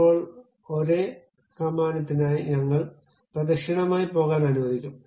ഇപ്പോൾ ഒരേ കമാനത്തിനായി ഞങ്ങൾ പ്രദക്ഷിണമായി പോകാൻ അനുവദിക്കും